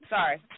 Sorry